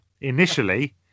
Initially